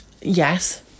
Yes